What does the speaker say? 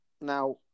Now